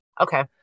Okay